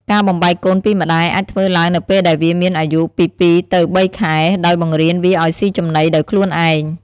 ការបំបែកកូនពីម្តាយអាចធ្វើឡើងនៅពេលដែលវាមានអាយុពីពីរទៅបីខែ ដោយបង្រៀនវាឲ្យស៊ីចំណីដោយខ្លួនឯង។